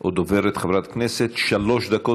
או דוברת, חברת כנסת: שלוש דקות.